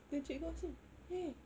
they cikgu ask him !hey!